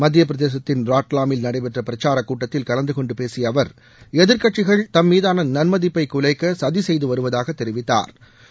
மத்திய பிரதேசத்தின் ராட்வாமில் நடைபெற்ற பிரச்சார கூட்டத்தில் கலந்து கொண்டு பேசிய அவர் எதிர்கட்சிகள் தம் மீதான நள் மதிப்பை குலைக்க சதி செய்து வருவதாக தெரிவித்தாா்